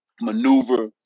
maneuver